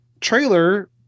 trailer